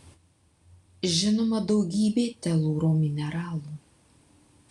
žinoma daugybė telūro mineralų